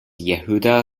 yehuda